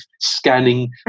scanning